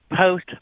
Post